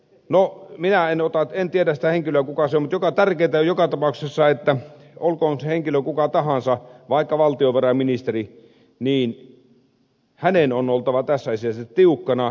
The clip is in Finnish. no minä en tiedä sitä henkilöä kuka se on mutta tärkeätä on joka tapauksessa olkoon se henkilö kuka tahansa vaikka valtiovarainministeri että hän on tässä asiassa tiukkana